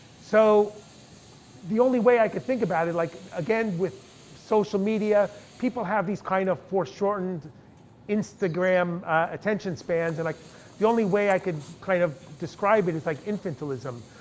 so the only way i could think about it, like again with social media, people have these kind of foreshortened instagram attention spans. and like the only way i could kind of describe it, it's like infantilism.